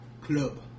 Club